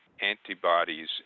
antibodies